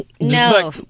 No